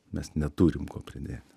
mes neturim ko pridėt